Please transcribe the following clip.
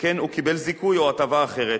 שכן הוא קיבל זיכוי או הטבה אחרת.